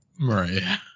right